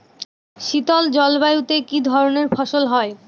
শীতল জলবায়ুতে কি ধরনের ফসল হয়?